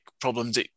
problems